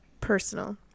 personal